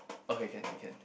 okay can can